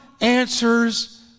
answers